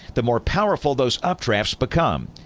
the more powerful those updrafts become.